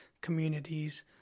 communities